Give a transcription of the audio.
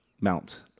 mount